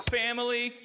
family